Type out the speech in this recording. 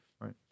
Right